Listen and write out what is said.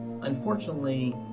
unfortunately